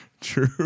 True